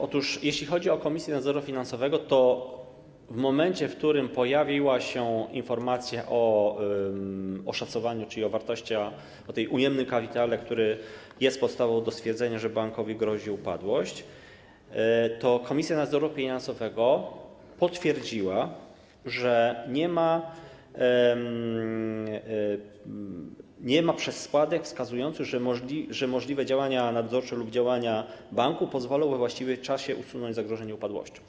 Otóż, jeśli chodzi o Komisję Nadzoru Finansowego, to w momencie, w którym pojawiła się informacja o oszacowaniu, o tym ujemnym kapitale, który jest podstawą do stwierdzenia, że bankowi grozi upadłość, to Komisja Nadzoru Finansowego potwierdziła, że nie ma przesłanek wskazujących na to, że możliwe w tym przypadku działania nadzorcze lub działania banku pozwolą we właściwym czasie usunąć zagrożenie upadłością.